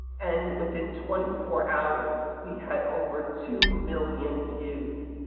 and within twenty four hours we had over two million views.